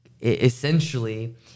essentially